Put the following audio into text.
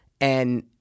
and-